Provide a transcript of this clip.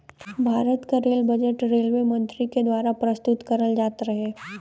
भारत क rail budget railway मंत्री के दवारा प्रस्तुत करल जात रहे